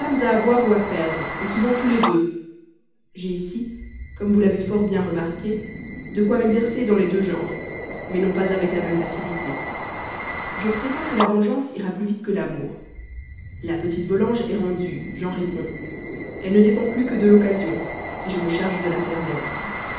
à avoir ou à perdre souvent tous les deux j'ai ici comme vous l'avez fort bien remarqué de quoi m'exercer dans les deux genres mais non pas avec la même facilité je prévois que la vengeance ira plus vite que l'amour la petite volanges est rendue j'en réponds elle ne dépend plus que de l'occasion je me charge de la